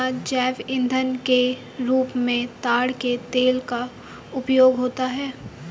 क्या जैव ईंधन के रूप में ताड़ के तेल का उपयोग होता है?